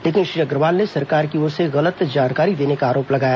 लेकिन श्री अग्रवाल ने सरकार की ओर से गलत जानकारी देने का आरोप लगाया